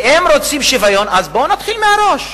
ואם רוצים שוויון, אז בואו ונתחיל מהראש,